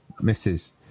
misses